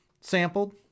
sampled